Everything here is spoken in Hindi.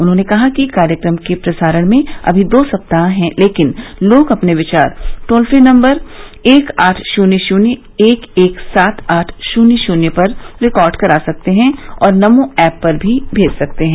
उन्होंने कहा कि कार्यक्रम के प्रसारण में अभी दो सप्ताह हैं लेकिन लोग अपने विचार टोल फ्री नम्बर एक आठ शून्य शून्य एक एक सात आठ शून्य शून्य पर रिकॉर्ड करा सकते हैं और नमो ऐप पर भी भेज सकते हैं